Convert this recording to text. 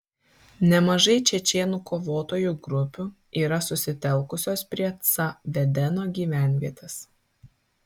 nemažai čečėnų kovotojų grupių yra susitelkusios prie ca vedeno gyvenvietės